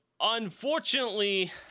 unfortunately